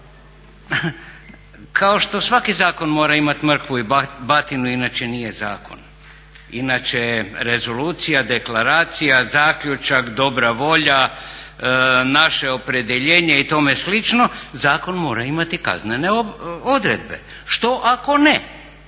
kao što svaki zakon mora imati mrkvu i batinu inače nije zakon, inače rezolucija, deklaracija, zaključak, dobra volja, naše opredjeljenje i tome slično zakon mora imati kaznene odredbe. Što ako ne?